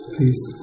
Please